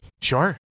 sure